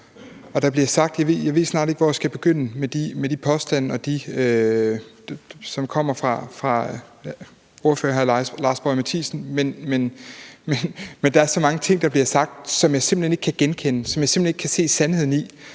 Jeg ved snart ikke, hvor jeg skal begynde, men der bliver med de påstande og det, som kommer fra ordføreren, hr. Lars Boje Mathiesen, sagt så mange ting, som jeg simpelt hen ikke kan genkende, som jeg simpelt hen ikke kan se sandheden i,